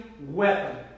weapon